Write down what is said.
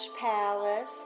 Palace